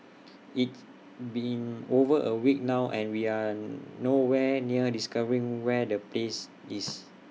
it's been over A week now and we are no where near discovering where the place is